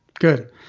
Good